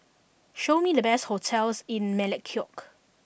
show me the best hotels in Melekeok